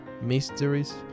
mysteries